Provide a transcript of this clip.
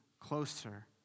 closer